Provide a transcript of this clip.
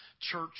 church